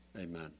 Amen